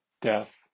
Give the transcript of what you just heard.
death